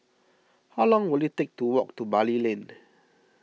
how long will it take to walk to Bali Lane